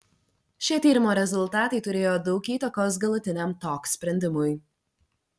šie tyrimo rezultatai turėjo daug įtakos galutiniam tok sprendimui